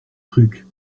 trucs